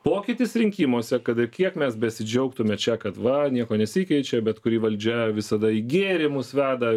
pokytis rinkimuose kad ir kiek mes besidžiaugtume čia kad va nieko nesikeičia bet kuri valdžia visada į gėrį mus veda